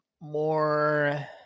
more